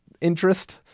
interest